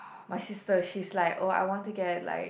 my sister she's like oh I want to get like